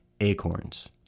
acorns